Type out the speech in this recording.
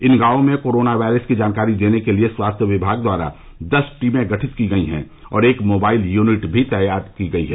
इन गांवों में corona virus की जानकारी देने के लिये स्वास्थ्य विभाग द्वारा दस टीमें गठित की गई है और एक मोबाइल यूनिट भी तैनात की गई है